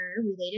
related